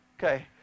Okay